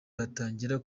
batangira